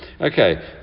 Okay